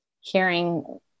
hearing